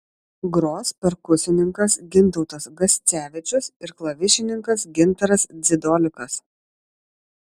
gros perkusininkas gintautas gascevičius ir klavišininkas gintaras dzidolikas